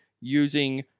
using